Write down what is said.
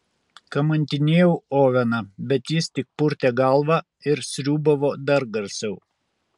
kamantinėjau oveną bet jis tik purtė galvą ir sriūbavo dar garsiau